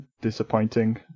disappointing